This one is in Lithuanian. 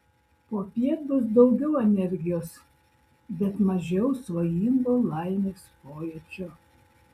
popiet bus daugiau energijos bet mažiau svajingo laimės pojūčio